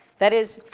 that is,